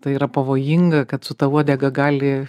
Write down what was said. tai yra pavojinga kad su ta uodega gali